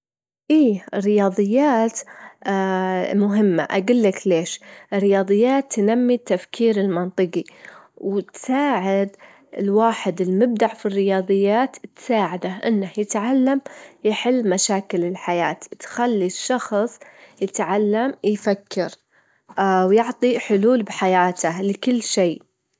أجول إن الكمبيوتر يحتوي على مكونات أساسية متل المعالج، CPU، والذاكرة، RAM، ولوحة الأم، بطاقة رسومات، ويحتوي على الأقراص الصلبة، والشاشة، ولوحة المفاتيح، كلها من مكونات الكمبيوتر.